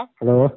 Hello